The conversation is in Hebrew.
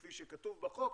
כפי שכתוב בחוק,